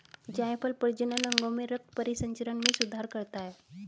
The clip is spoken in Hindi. जायफल प्रजनन अंगों में रक्त परिसंचरण में सुधार करता है